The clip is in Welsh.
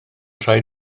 rhaid